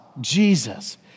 Jesus